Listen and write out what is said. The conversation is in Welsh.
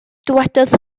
dywedodd